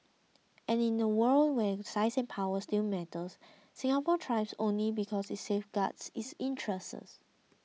and in the world where size and power still matter Singapore thrives only because it safeguards its interests